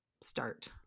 start